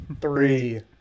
Three